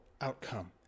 outcome